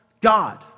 God